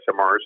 SMRs